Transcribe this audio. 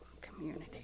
community